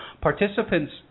Participants